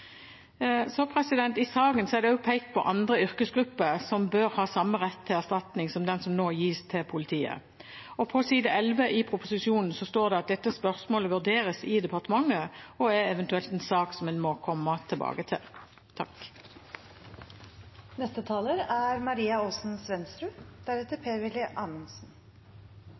I saken er det pekt på andre yrkesgrupper som bør ha samme rett på erstatning som den som nå gis til politiet. På side 11 i proposisjonen står det at dette spørsmålet vurderes i departementet, og eventuelt er en sak en må komme tilbake til. Det er god grunn til å være fornøyd med at politifolk nå endelig får denne ordningen på plass. Likevel er